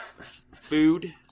Food